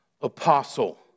Apostle